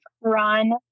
run